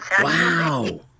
Wow